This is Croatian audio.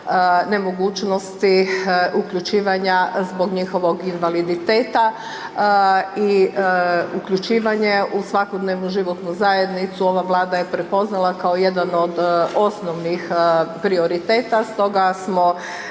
nemogućnosti uključivanja zbog njihovog invaliditeta i uključivanje u svakodnevnu životnu zajednicu, ova Vlada je prepoznala kao jedan od osnovnih prioriteta stoga smo